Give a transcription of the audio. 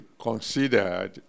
considered